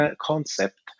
concept